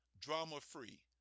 drama-free